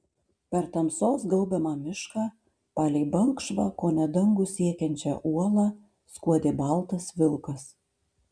per tamsos gaubiamą mišką palei balkšvą kone dangų siekiančią uolą skuodė baltas vilkas